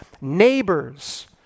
neighbors